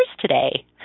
today